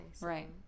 Right